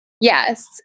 Yes